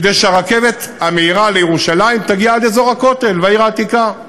כדי שהרכבת המהירה לירושלים תגיע עד אזור הכותל והעיר העתיקה.